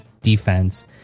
defense